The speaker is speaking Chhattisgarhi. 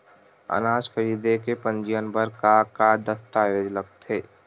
अनाज खरीदे के पंजीयन बर का का दस्तावेज लगथे?